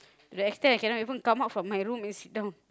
to the extent I cannot even come out from my room and sit down